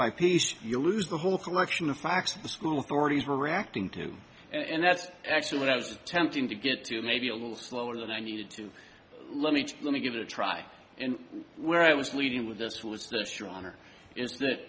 by piece you lose the whole collection of facts the school authorities were reacting to and that's actually what i was attempting to get to maybe a little slower than i needed to let me let me give it a try and where i was leading with this was this your honor is that